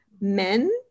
Men